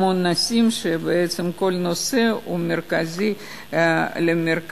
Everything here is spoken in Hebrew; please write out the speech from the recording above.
המון נושאים שבעצם כל נושא הוא מרכזי למרכז.